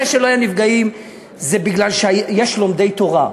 זה שלא היו נפגעים זה מפני שיש לומדי תורה,